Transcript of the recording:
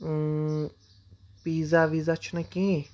pizza وِیٖزا چھُنہ کہیٖنۍ